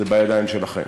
זה בידיים שלכם.